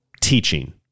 teaching